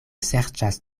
serĉas